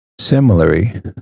Similarly